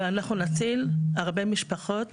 אבל אנחנו נציל הרבה משפחות